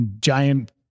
giant